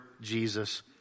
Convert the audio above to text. Jesus